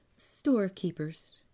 storekeepers